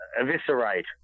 eviscerate